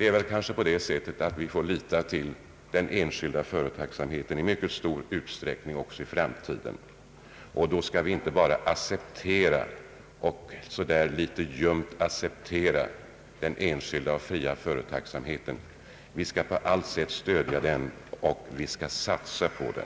i mycket stor utsträckning lita till annan än den statliga företagsamheten också i framtiden. Och då skall vi inte bara litet ljumt acceptera den. Vi skall på allt sätt stödja den, och vi skall satsa på den.